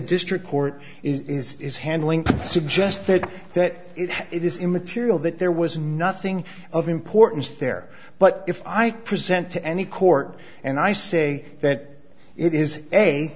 district court is is handling suggested that it is immaterial that there was nothing of importance there but if i present to any court and i say that it is